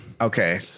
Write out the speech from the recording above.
Okay